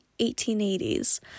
1880s